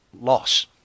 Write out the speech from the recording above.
loss